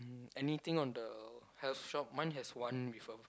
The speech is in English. anything on the health shop mine has one with a